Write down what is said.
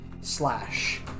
slash